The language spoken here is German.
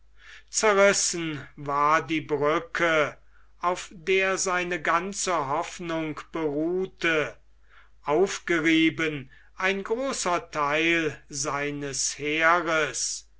zerrissen war die brücke auf der seine ganze hoffnung beruhte aufgerieben ein großer theil seines heeres